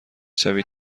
شوید